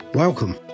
Welcome